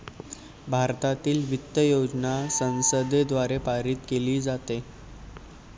भारतातील वित्त योजना संसदेद्वारे पारित केली जाते